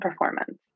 Performance